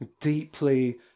deeply